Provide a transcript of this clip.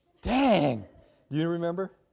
dang. do you remember?